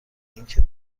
اینکه